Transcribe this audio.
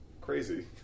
crazy